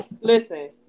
Listen